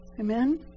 Amen